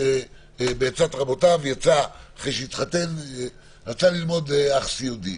שאחרי שהתחתן יצא, בעזרת רבותיו, ללמוד אח סיעודי.